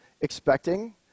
expecting